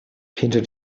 hinter